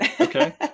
okay